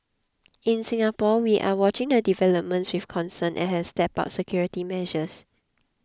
in Singapore we are watching the developments with concern and have stepped bulb security measures